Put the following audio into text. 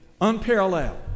unparalleled